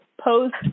post